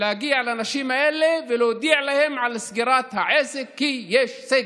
להגיע לאנשים האלה ולהודיע להם על סגירת העסק כי יש סגר,